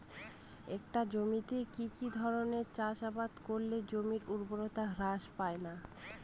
একটা জমিতে কি কি ধরনের চাষাবাদ করলে জমির উর্বরতা হ্রাস পায়না?